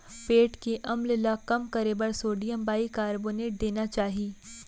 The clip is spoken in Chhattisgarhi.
पेट के अम्ल ल कम करे बर सोडियम बाइकारबोनेट देना चाही